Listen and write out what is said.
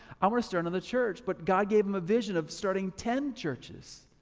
i wanna start another church, but god gave him a vision of starting ten churches.